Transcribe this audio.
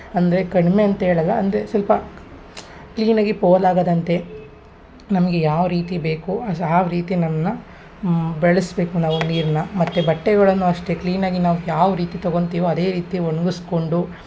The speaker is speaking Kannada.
ಅಂದರೆ ಕಡಿಮೆ ಅಂತ ಹೇಳಲ್ಲ ಅಂದರೆ ಸ್ವಲ್ಪ ಕ್ಲೀನಾಗಿ ಪೋಲಾಗದಂತೆ ನಮಗೆ ಯಾವ ರೀತಿ ಬೇಕು ಅಸ ಆ ರೀತಿ ನಮ್ಮನ್ನ ಬಳ್ಸ್ಬೇಕು ನಾವು ಆ ನೀರನ್ನ ಮತ್ತು ಬಟ್ಟೆಗಳನ್ನು ಅಷ್ಟೇ ಕ್ಲೀನಾಗಿ ನಾವು ಯಾವ ರೀತಿ ತಗೋತಿವೋ ಅದೇ ರೀತಿ ಒಣಗಿಸ್ಕೊಂಡು